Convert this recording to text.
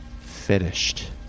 Finished